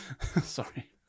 sorry